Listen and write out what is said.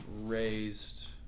raised